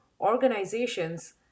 organizations